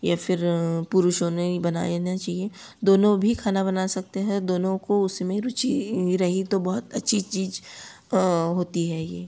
या फिर पुरुषों ने ही बनाना चाहिए दोनों भी खाना बना सकते हैं दोनों को उसमें रुचि रही तो बहुत अच्छी चीज़ होती है ये